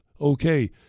Okay